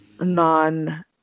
non